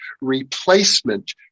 replacement